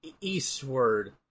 eastward